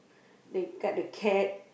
they cut the cat